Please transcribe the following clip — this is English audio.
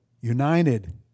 United